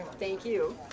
thank you.